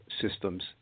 systems